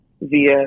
via